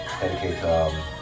Dedicate